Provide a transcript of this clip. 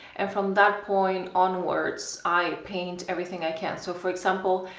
and from that point onwards i paint everything i can so for example,